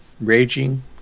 Raging